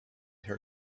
her